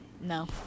No